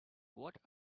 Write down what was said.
what